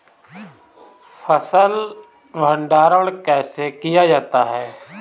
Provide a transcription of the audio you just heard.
फ़सल भंडारण कैसे किया जाता है?